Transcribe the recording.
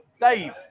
dave